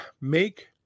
make